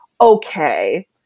okay